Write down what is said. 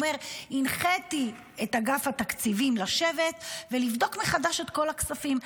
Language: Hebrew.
הוא אומר: הנחיתי את אגף התקציבים לשבת ולבדוק מחדש את כל הכספים.